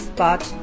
Spot